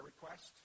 request